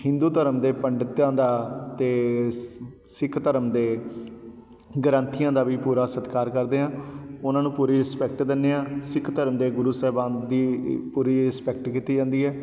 ਹਿੰਦੂ ਧਰਮ ਦੇ ਪੰਡਤਾਂ ਦਾ ਅਤੇ ਸ ਸਿੱਖ ਧਰਮ ਦੇ ਗ੍ਰੰਥੀਆਂ ਦਾ ਵੀ ਪੂਰਾ ਸਤਿਕਾਰ ਕਰਦੇ ਹਾਂ ਉਹਨਾਂ ਨੂੰ ਪੂਰੀ ਰਿਸਪੈਕਟ ਦਿੰਦੇ ਹਾਂ ਸਿੱਖ ਧਰਮ ਦੇ ਗੁਰੂ ਸਾਹਿਬਾਨ ਦੀ ਪੂਰੀ ਰਿਸਪੈਕਟ ਕੀਤੀ ਜਾਂਦੀ ਹੈ